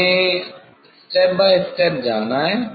हमें step by step जाना है